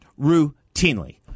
Routinely